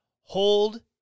Hold